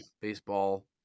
baseball